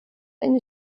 eine